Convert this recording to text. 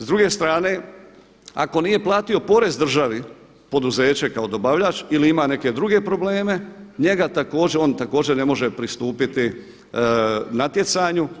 S druge strane, ako nije platio porez državi, poduzeće kao dobavljač ili ima neke druge probleme njega, on također ne može pristupiti natjecanju.